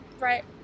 right